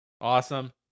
Awesome